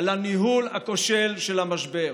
על הניהול הכושל של המשבר.